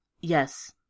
Yes